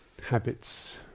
habits